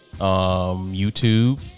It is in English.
YouTube